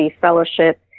fellowship